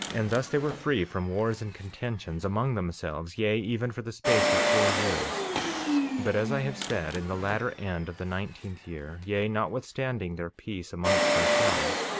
and thus they were free from wars and contentions among themselves, yea, even for the space of four years but, as i have said, in the latter end of the nineteenth year, yea, notwithstanding their peace amongst themselves,